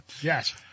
Yes